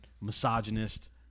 Misogynist